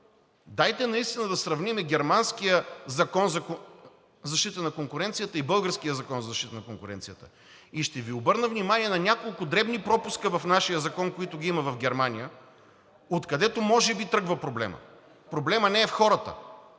дайте наистина да сравним германския Закон за защита на конкуренцията и българския Закон за защита на конкуренцията. И ще Ви обърна внимание на няколко дребни пропуска в нашия закон, които ги има в Германия, откъдето може би тръгва проблемът. Проблемът не е в хората,